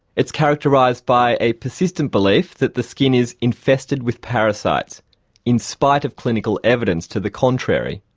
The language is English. it's characterised by a persistent belief that the skin is infested with parasites in spite of clinical evidence to the contrary.